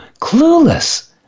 clueless